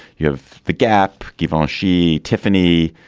you have the gap given on xi tiffany.